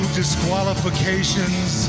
disqualifications